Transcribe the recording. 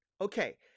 Okay